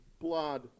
blood